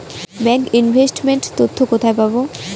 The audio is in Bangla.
ব্যাংক ইনভেস্ট মেন্ট তথ্য কোথায় পাব?